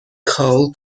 coal